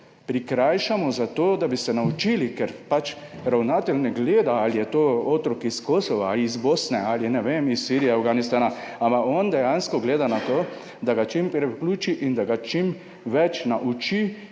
prikrajšamo za to, da bi se naučili. Ker pač ravnatelj ne gleda, ali je to otrok iz Kosova ali iz Bosne ali iz Sirije, Afganistana, ampak on dejansko gleda na to, da ga čim prej vključi in da ga čim več nauči.